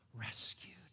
rescued